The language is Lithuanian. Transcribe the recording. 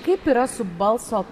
kaip yra su balso